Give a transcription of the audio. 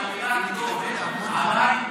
מתכבד לפתוח את מליאת הכנסת.